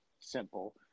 simple